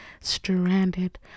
stranded